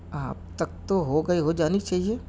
اب تک تو ہو گئی ہو جانی چاہیے